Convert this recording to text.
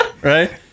Right